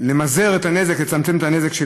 ולמזער את הנזק של הבצורת.